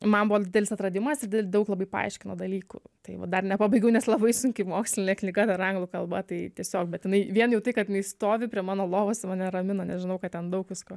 man buvo didelis atradimas daug labai paaiškino dalykų tai va dar nepabaigiau nes labai sunki mokslinė knyga dar anglų kalba tai tiesiog būtinai vien jau tai kad jinai stovi prie mano lovos neramina nežinau kad ten daug visko